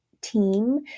team